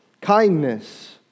kindness